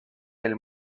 del